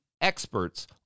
experts